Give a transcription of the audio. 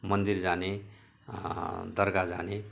मन्दिर जाने दरगाह जाने